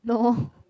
no